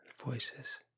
voices